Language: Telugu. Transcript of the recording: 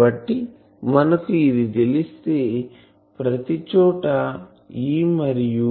కాబట్టి మనకు ఇది తెలిస్తే ప్రతిచోటా E మరియు